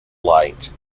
light